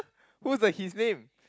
who's the his name